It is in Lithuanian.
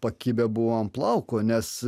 pakibę buvo an plauko nes